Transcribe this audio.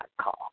call